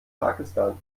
pakistans